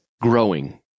growing